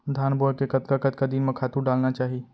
धान बोए के कतका कतका दिन म खातू डालना चाही?